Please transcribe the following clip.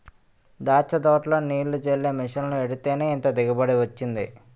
దాచ్చ తోటలో నీల్లు జల్లే మిసన్లు ఎట్టేత్తేనే ఇంత దిగుబడి వొచ్చింది